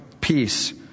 peace